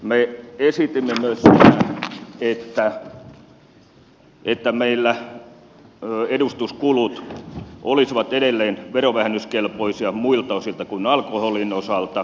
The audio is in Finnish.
me esitimme myös sitä että meillä edustuskulut olisivat edelleen verovähennyskelpoisia muilta osilta kuin alkoholin osalta